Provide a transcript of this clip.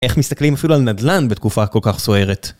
איך מסתכלים אפילו על נדלן בתקופה כל-כך סוערת?